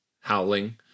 howling